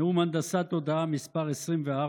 נאום הנדסת תודעה מס' 24,